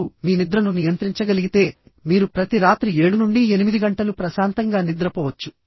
మీరు మీ నిద్రను నియంత్రించగలిగితే మీరు ప్రతి రాత్రి 7 నుండి 8 గంటలు ప్రశాంతంగా నిద్రపోవచ్చు